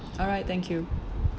alright thank you